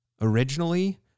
originally